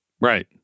Right